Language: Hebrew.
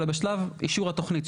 אלא בשלב אישור התוכנית.